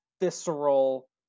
visceral